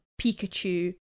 Pikachu